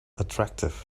attractive